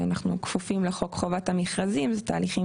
אנחנו כפופים לחוק חובת המכרזים ואלו תהליכים